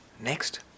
Next